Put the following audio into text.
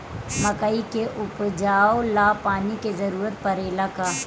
मकई के उपजाव ला पानी के जरूरत परेला का?